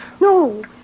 No